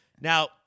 Now